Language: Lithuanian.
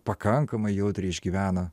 pakankamai jautriai išgyvena